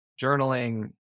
journaling